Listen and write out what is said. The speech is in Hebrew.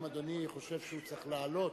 אם אדוני חושב שהוא צריך לעלות,